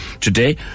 today